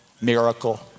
Miracle